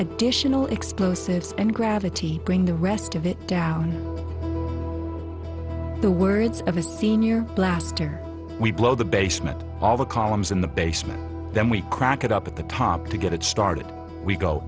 additional explosives and gravity bring the rest of it down the words of his senior blaster we blow the basement all the columns in the basement then we crack it up at the top to get it started we go